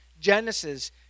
Genesis